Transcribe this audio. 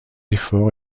effort